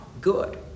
good